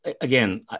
Again